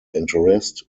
interest